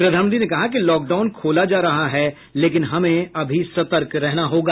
प्रधानमंत्री ने कहा कि लॉकडाउन खोला जा रहा है लेकिन हमें अभी सतर्क रहना होगा